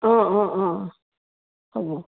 অঁ অঁ অঁ হ'ব